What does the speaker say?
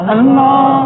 Allah